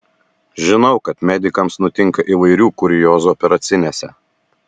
žinau kad medikams nutinka įvairių kuriozų operacinėse